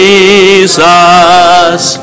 Jesus